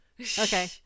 Okay